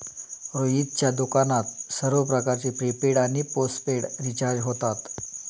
रोहितच्या दुकानात सर्व प्रकारचे प्रीपेड आणि पोस्टपेड रिचार्ज होतात